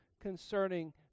concerning